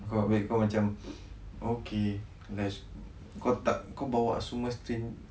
kau macam okay let's kau tak kau bawa semua